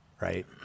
Right